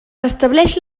estableix